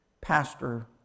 pastor